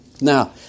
Now